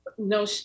No